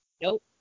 Nope